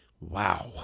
Wow